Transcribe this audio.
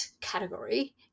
category